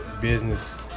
business